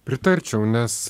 pritarčiau nes